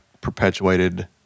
perpetuated